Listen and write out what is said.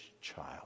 child